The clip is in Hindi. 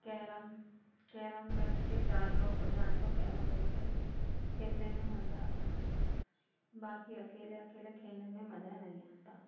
कैरम कैरम बैठकर चार लोग हो जाएँ तो कैरम बैठकर खेलने में मज़ा आता है बाक़ी अकेले अकेले खेलने में मज़ा नहीं आता